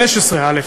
15א,